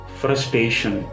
frustration